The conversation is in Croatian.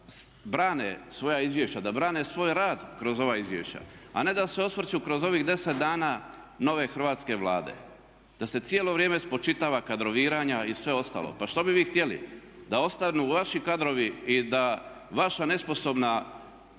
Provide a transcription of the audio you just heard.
svoja izvješća, da brane svoj rad kroz ova izvješća a ne da se osvrću kroz ovih 10 dana nove Hrvatske vlade da se cijelo vrijeme spočitava kadroviranje i sve ostalo. Pa što bi vi htjeli? Da ostanu vaši kadrovi i da vaša nesposobna